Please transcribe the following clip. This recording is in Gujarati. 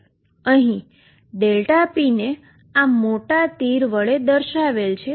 અહીં p ને આ મોટા તીર વડે દર્શાવેલ છે